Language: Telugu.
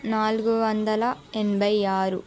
నాలుగు వందల ఎనభై ఆరు